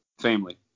family